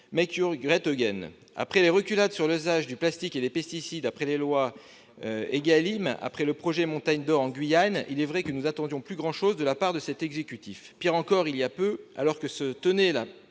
plus d'un an :«» Après les reculades sur l'usage du plastique et des pesticides, après les lois Élan et Égalim, après le projet Montagne d'or en Guyane, il est vrai que nous n'attendions plus grand-chose de la part de cet exécutif. Pire encore, il y a peu, alors que se tenait la